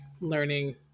learning